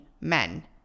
men